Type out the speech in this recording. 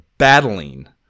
Battling